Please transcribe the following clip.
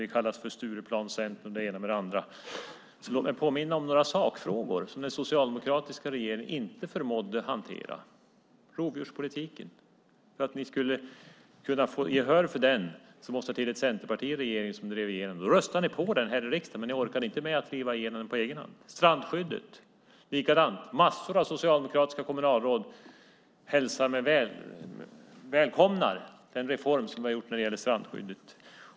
Vi kallas för Stureplanscentern och det ena med det andra. Låt mig då påminna om några sakfrågor som den socialdemokratiska regeringen inte förmådde hantera! För att ni skulle kunna få gehör för rovdjurspolitiken måste det till ett centerparti i regeringen som drev igenom den. Då röstade ni för den här i riksdagen, men ni orkade inte driva igenom den på egen hand. Med strandskyddet var det likadant. Massor av socialdemokratiska kommunalråd välkomnar den reform vi har gjort när det gäller strandskyddet.